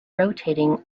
rotating